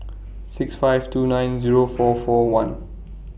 six five two nine Zero four four one